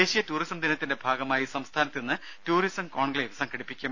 ദേശീയ ടൂറിസം ദിനത്തിന്റെ ഭാഗമായി സംസ്ഥാനത്ത് ഇന്ന് ടൂറിസം കോൺക്ലേവ് സംഘടിപ്പിക്കും